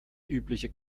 übliche